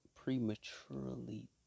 Prematurely